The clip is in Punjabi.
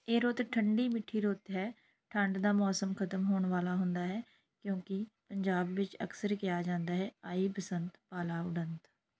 ਇਹ ਰੁੱਤ ਠੰਡੀ ਮਿੱਠੀ ਰੁੱਤ ਹੈ ਠੰਡ ਦਾ ਮੌਸਮ ਖਤਮ ਹੋਣ ਵਾਲਾ ਹੁੰਦਾ ਹੈ ਕਿਉਂਕਿ ਪੰਜਾਬ ਵਿੱਚ ਅਕਸਰ ਕਿਹਾ ਜਾਂਦਾ ਹੈ ਆਈ ਬਸੰਤ ਪਾਲਾ ਉਡੰਤ